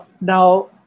Now